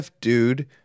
dude